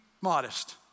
modest